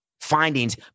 findings